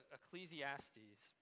Ecclesiastes